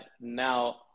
now